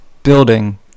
Building